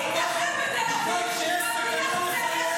אני אתנחל בתל אביב,